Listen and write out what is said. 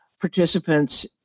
participants